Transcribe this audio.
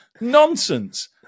Nonsense